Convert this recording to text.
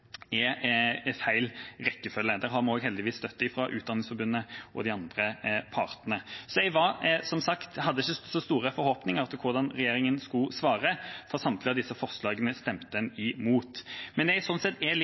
er feil rekkefølge. Der har vi heldigvis også støtte fra Utdanningsforbundet og de andre partene. Jeg hadde som sagt ikke så store forhåpninger til hvordan regjeringa skulle svare, for samtlige av disse forslagene stemte en imot. Men det jeg sånn sett er